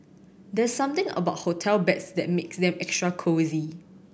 there's something about hotel beds that makes them extra cosy